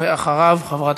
ועוד לא מאוחר,